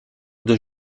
deux